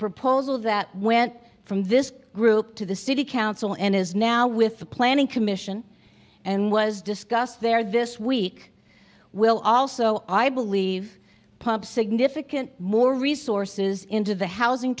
proposal that went from this group to the city council and is now with the planning commission and was discussed there this week will also i believe pump significant more resources into the housing